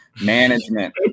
management